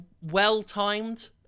well-timed